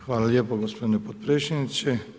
Hvala lijepo gospodine potpredsjedniče.